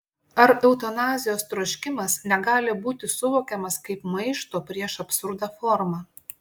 ar eutanazijos troškimas negali būti suvokiamas kaip maišto prieš absurdą forma